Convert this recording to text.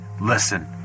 listen